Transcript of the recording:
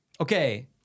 Okay